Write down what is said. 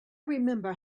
remember